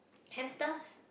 hamsters